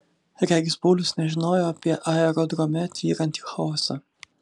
regis paulius nežinojo apie aerodrome tvyrantį chaosą